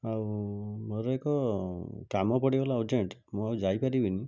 ଆଉ ମୋର ଏକ କାମ ପଡ଼ିଗଲା ଅରଜେଣ୍ଟ ମୁଁ ଆଉ ଯାଇପାରିବିନି